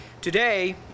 Today